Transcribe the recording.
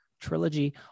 Trilogy